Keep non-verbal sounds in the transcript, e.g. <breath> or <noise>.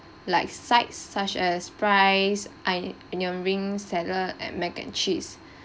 like sides such as fries onion onion ring salad and mac and cheese <breath>